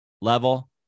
level